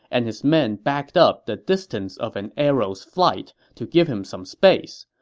and his men backed up the distance of an arrow's flight to give him some space.